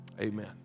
amen